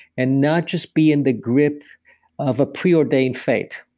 and not just be in the grip of a preordained fate.